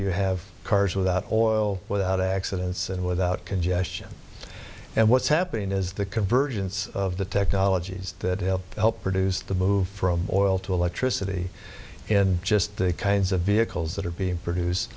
you have cars without oil without accidents and without congestion and what's happened is the convergence of the technologies that have helped produce the move from oil to electricity in just the kinds of vehicles that are being produced